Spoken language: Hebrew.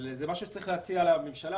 זה משהו שצריך להציע לממשלה,